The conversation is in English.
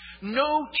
no